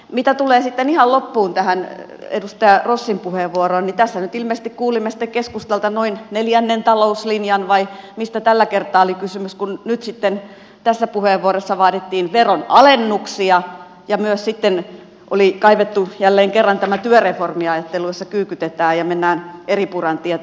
mitä tulee sitten ihan loppuun tähän edustaja rossin puheenvuoroon niin tässä nyt ilmeisesti kuulimme sitten keskustalta noin neljännen talouslinjan vai mistä tällä kertaa oli kysymys kun nyt sitten tässä puheenvuorossa vaadittiin veronalennuksia ja myös oli kaivettu jälleen kerran tämä työreformiajattelu jossa kyykytetään ja mennään eripuran tietä